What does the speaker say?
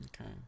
Okay